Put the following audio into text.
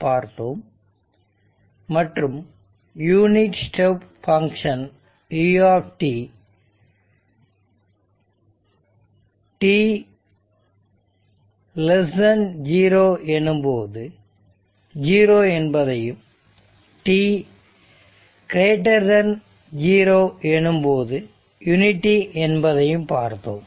பார்த்தோம் மற்றும் unit step function u t0 எனும்போது 0 என்பதையும் t0 எனும்போது யூனிட்டி என்பதையும் பார்த்தோம்